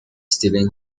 steven